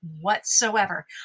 whatsoever